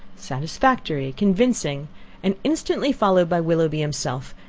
satisfactory, convincing and instantly followed by willoughby himself,